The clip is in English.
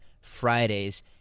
Fridays